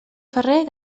ferrer